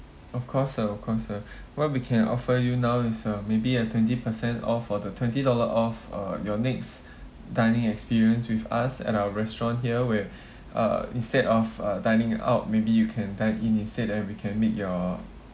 of course sir of course sir what we can offer you now is uh maybe a twenty percent off for the twenty dollar off uh your next dining experience with us at our restaurant here where uh instead of uh dining out maybe you can dine in instead and we can make your